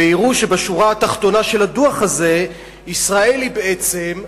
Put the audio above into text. ויראו שבשורה התחתונה של הדוח הזה ישראל היא בעצם האחרונה,